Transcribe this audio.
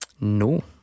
No